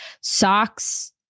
socks